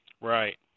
Right